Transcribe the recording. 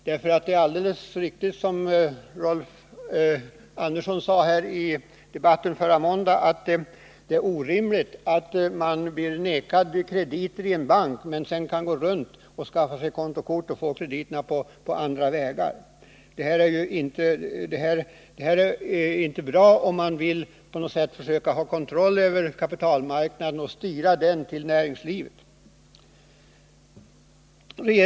Det är alldeles riktigt, som Rolf Andersson sade här i debatten förra måndagen, att det är orimligt att man blir vägrad krediter i en bank men sedan kan gå runt hörnet och skaffa sig kontokort och få krediter på andra vägar. Det här är inte bra om man vill få kontroll över kapitalmarknaden och styra den till näringslivet.